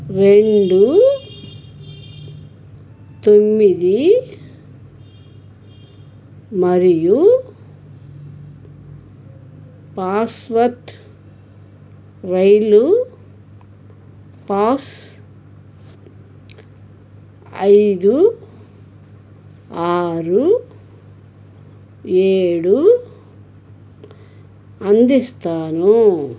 రెండు తొమ్మిది మరియు పాస్వర్డ్ రైలు పాస్ ఐదు ఆరు ఏడు అందిస్తాను